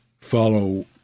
follow